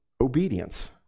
obedience